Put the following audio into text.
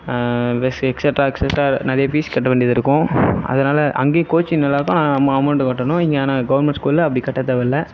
plus extra extra நிறைய fees கட்ட வேண்டியது இருக்கும் அதனால அங்கையும் கோச்சிங் நல்லாயிருக்கும் ஆனால் அம அமௌண்ட்டு கட்டணும் இங்கே ஆனால் கவர்மெண்ட் ஸ்கூலில் அப்படி கட்ட தேவையில்லை